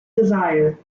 desire